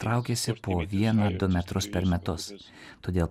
traukiasi po vieną du metrus per metus todėl